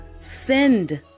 send